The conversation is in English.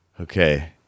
Okay